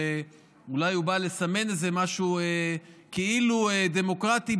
שאולי בא לסמן איזה משהו כאילו דמוקרטי,